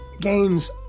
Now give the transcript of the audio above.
gains